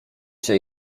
się